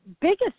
biggest